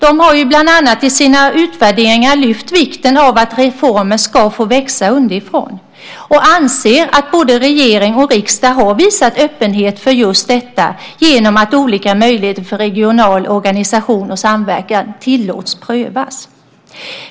I sina utvärderingar har de bland annat lyft fram vikten av att reformen ska få växa underifrån och anser att både regering och riksdag har visat öppenhet för just detta genom att olika möjligheter för regional organisation och samverkan tillåts prövas.